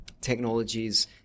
technologies